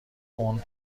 اون